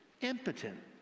impotent